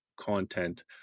content